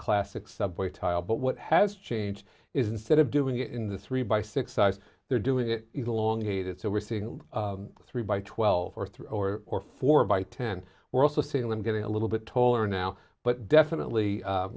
classic subway tile but what has changed is instead of doing it in this rebuy six eyes they're doing the long hated so we're seeing a three by twelve or three or four by ten we're also seeing them getting a little bit taller now but definitely